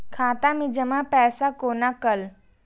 खाता मैं जमा पैसा कोना कल